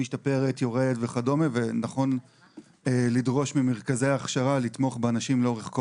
סיוע" תהליך שמבצע מרכז הכשרה או שמבצע מחוץ